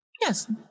Yes